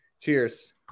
Cheers